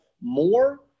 more